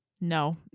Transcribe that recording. No